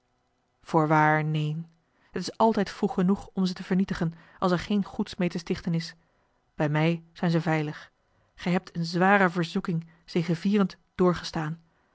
voorwaar neen het is altijd vroeg genoeg om ze te vernietigen als er geen goeds meê te stichten is bij mij zijn ze veilig gij hebt eene zware verzoeking zegevierend doorgestaan